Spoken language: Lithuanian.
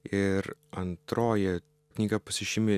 ir antroji knyga pasižymi